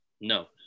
No